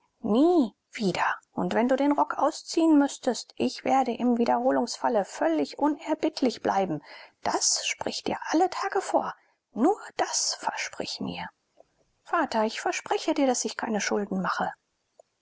nie wieder und wenn du den rock ausziehen müßtest ich werde im wiederholungsfalle völlig unerbittlich bleiben das sprich dir alle tage vor nur das versprich mir vater ich verspreche dir daß ich keine schulden mache